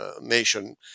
nation